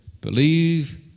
believe